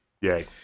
Yay